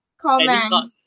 comments